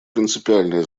принципиальное